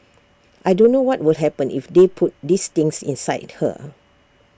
I don't know what will happen if they put this things inside her